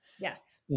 Yes